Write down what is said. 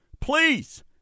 Please